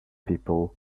people